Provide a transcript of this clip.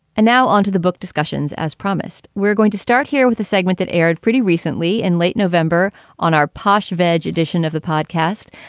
and now onto the book discussions. as promised, we're going to start here with a segment that aired pretty recently in late november on our posh vege edition of the podcast.